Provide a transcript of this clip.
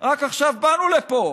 רק עכשיו באנו לפה,